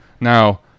Now